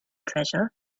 treasure